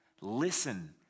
Listen